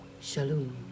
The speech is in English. Shalom